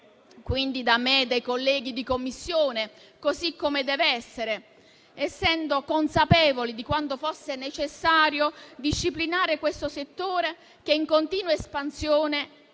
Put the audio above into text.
quindi da me e dai colleghi di Commissione, così come dev'essere, essendo consapevoli di quanto fosse necessario disciplinare questo settore in continua espansione.